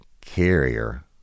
Carrier